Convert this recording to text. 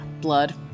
Blood